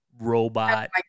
robot